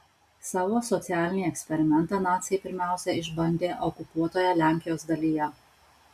savo socialinį eksperimentą naciai pirmiausia išbandė okupuotoje lenkijos dalyje